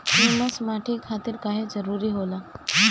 Humus माटी खातिर काहे जरूरी होला?